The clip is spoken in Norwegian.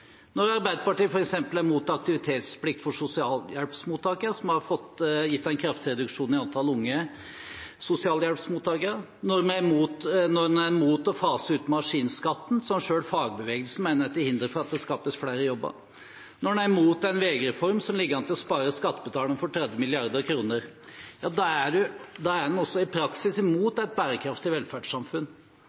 Når Arbeiderpartiet f.eks. er imot aktivitetsplikt for sosialhjelpsmottakere, noe som har gitt en kraftig reduksjon i antall unge sosialhjelpsmottakere, når en er imot å fase ut maskinskatten, som selv fagbevegelsen mener er til hinder for at det skapes flere jobber, når en er imot en veireform som ligger an til å spare skattebetalerne for 30 mrd. kr – ja, da er en også i praksis imot et bærekraftig velferdssamfunn.